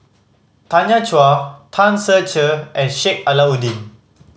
Tanya Chua Tan Ser Cher and Sheik Alau'ddin